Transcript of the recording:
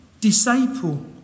Disciple